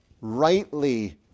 rightly